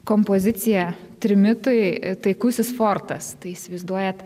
kompozicija trimitui taikusis fortas tai įsivaizduojat